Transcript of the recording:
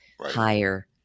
higher